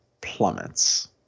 plummets